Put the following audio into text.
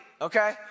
okay